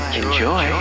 enjoy